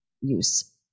use